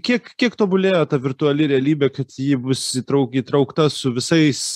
kiek kiek tobulėjo ta virtuali realybė kad ji bus įtrauki įtraukta su visais